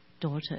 daughter